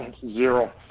Zero